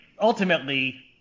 ultimately